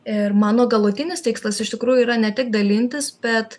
ir mano galutinis tikslas iš tikrųjų yra ne tik dalintis bet